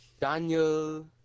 Daniel